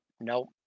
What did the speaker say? Nope